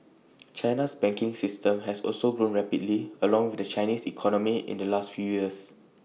China's banking system has also grown rapidly along with the Chinese economy in the last few years